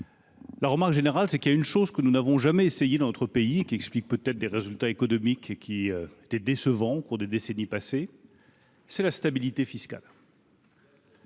La général c'est qu'il y a une chose que nous n'avons jamais essayé dans notre pays qui explique peut-être des résultats économiques qui étaient décevants au cours des décennies passées. C'est la stabilité fiscale.